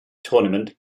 tournament